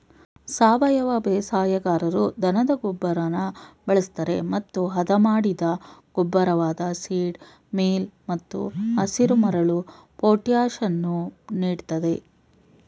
ಸಾವಯವ ಬೇಸಾಯಗಾರರು ದನದ ಗೊಬ್ಬರನ ಬಳಸ್ತರೆ ಮತ್ತು ಹದಮಾಡಿದ ಗೊಬ್ಬರವಾದ ಸೀಡ್ ಮೀಲ್ ಮತ್ತು ಹಸಿರುಮರಳು ಪೊಟ್ಯಾಷನ್ನು ನೀಡ್ತದೆ